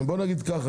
בוא נגיד את זה ככה,